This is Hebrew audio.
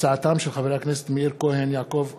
בהצעתם של חברי הכנסת מאיר כהן, יעקב אשר,